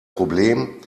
problem